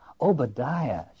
Obadiah